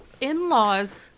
in-laws